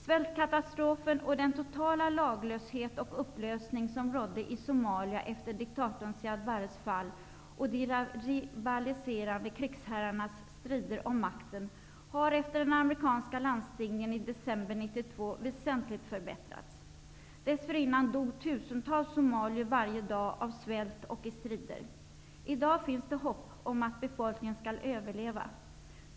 Svältkatastrofen och den totala laglöshet och upplösning som rådde i Somalia efter diktatorn Siyad Barres fall och under de rivaliserande krigsherrarnas strider om makten har efter den amerikanska landstigningen i december 1992 väsentligt minskat. Dessförinnan dog tusentals somalier varje dag av svält och i strider. I dag finns det hopp om att befolkningen skall överleva.